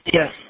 Yes